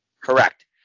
Correct